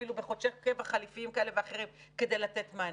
אפילו בחודשי קבע חליפיים כאלה ואחרים כדי לתת מענה.